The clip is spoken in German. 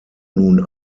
nun